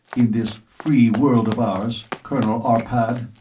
in this free world of ours, colonel arpad.